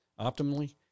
optimally